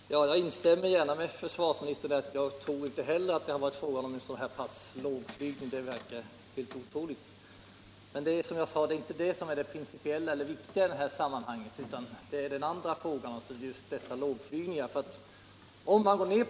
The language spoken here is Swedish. Herr talman! Jag instämmer gärna med försvarsministern när det gäller det aktuella fallet — inte heller jag tror att det var fråga om en flygning på så låg höjd som det här har påståtts. Men, som jag sade i mitt tidigare anförande, detta är inte det viktiga i sammanhanget, utan det är frågan om dessa lågflygningar i och för sig.